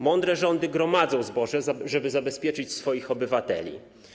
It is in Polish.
Mądre rządy gromadzą zboże, żeby zabezpieczyć swoich obywateli.